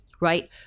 Right